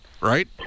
right